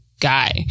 guy